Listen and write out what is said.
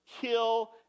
kill